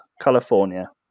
California